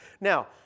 Now